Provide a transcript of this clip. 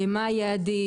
מה היעדים.